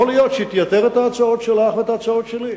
יכול להיות שהיא תייתר את ההצעות שלך ואת ההצעות שלי.